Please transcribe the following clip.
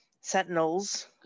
sentinels